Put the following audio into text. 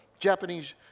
japanese